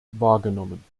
wahrgenommen